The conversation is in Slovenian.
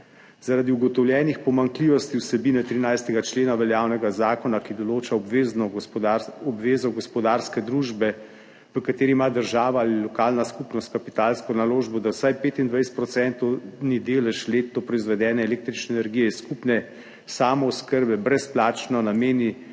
Zaradi ugotovljenih pomanjkljivosti vsebine 13. člena veljavnega zakona, ki določa obvezo gospodarske družbe, v kateri ima država ali lokalna skupnost kapitalsko naložbo, da vsaj 25-odstotni delež letno proizvedene električne energije iz skupne samooskrbe brezplačno nameni